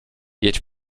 jedź